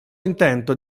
intento